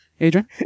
Adrian